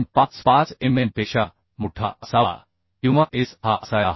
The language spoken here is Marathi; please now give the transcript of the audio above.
55 mm पेक्षा मोठा असावा किंवा S हा असायला हवा